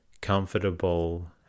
comfortable